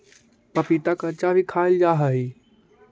पपीता कच्चा भी खाईल जा हाई हई